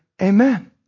Amen